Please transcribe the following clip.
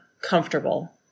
comfortable